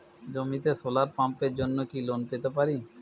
জমিতে সোলার পাম্পের জন্য কি লোন পেতে পারি?